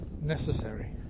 necessary